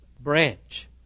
branch